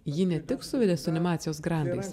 jį ne tik suvedė su animacijos grandais